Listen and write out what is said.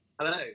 Hello